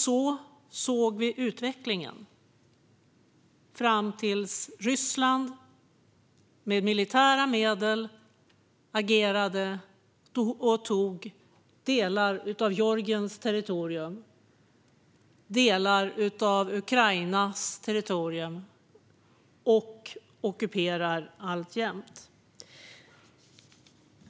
Så såg vi utvecklingen - fram till dess att Ryssland med militära medel agerade och tog delar av Georgiens territorium och sedan delar av Ukrainas territorium, och ockuperar dem alltjämt.